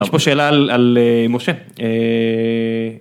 יש פה שאלה על משה.